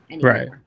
Right